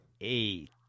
eight